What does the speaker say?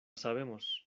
sabemos